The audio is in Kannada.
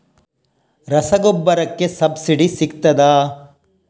ರಸಗೊಬ್ಬರಕ್ಕೆ ಸಬ್ಸಿಡಿ ಸಿಗ್ತದಾ?